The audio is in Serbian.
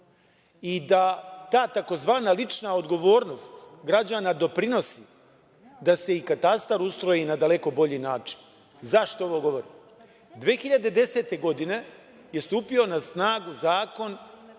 i da ta tzv. lična odgovornost građana doprinosi da se i katastar ustroji na daleko bolji način. Zašto ovo govorim? Godine 2010. je stupio na snagu Zakon